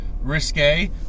risque